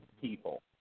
people